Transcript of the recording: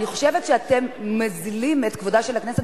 אני חושבת שאתם מוזילים את כבודה של הכנסת